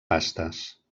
pastes